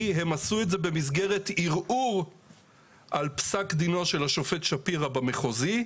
כי הם עשו את זה במסגרת ערעור על פסק דינו של שפירא במחוזי.